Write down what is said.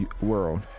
world